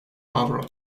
avro